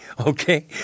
Okay